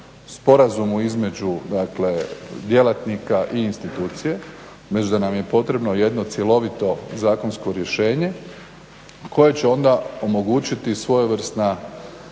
sporazumu između dakle djelatnika i institucije. Već da nam je potrebno jedno cjelovito zakonsko rješenje koje će onda omogućiti svojevrsnu